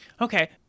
Okay